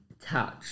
touch